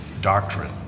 doctrine